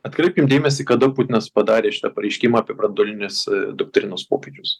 atkreipkim dėmesį kada putinas padarė šitą pareiškimą apie branduolinės doktrinos pokyčius